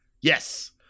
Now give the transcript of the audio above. Yes